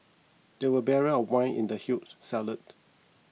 there were barrel of wine in the huge cellar